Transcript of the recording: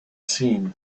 seen